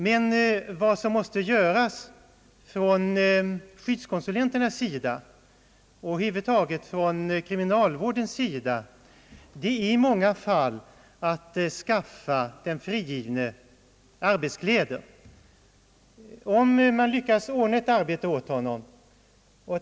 Men vad som måste ordnas genom skyddskonsulenternas försorg och över huvud taget genom kriminalvårdens försorg är i många fall att skaffa de frigivna arbetskläder sedan man har lyckats skaffa ett arbete åt dem.